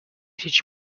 teach